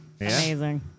Amazing